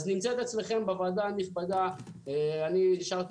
אז נמצאת אצלכם בוועדה הנכבדה נשארתי